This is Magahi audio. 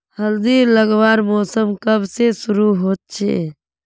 हल्दी लगवार मौसम कब से शुरू होचए?